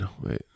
Wait